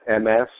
MS